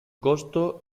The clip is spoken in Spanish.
costo